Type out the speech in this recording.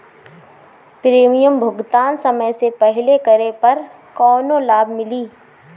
Premium भुगतान समय से पहिले करे पर कौनो लाभ मिली?